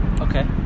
Okay